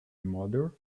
mother